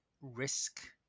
risk